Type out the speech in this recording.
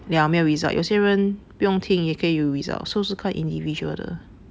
了没有 result 有些人不用听也可以有 result so 是看 individual 的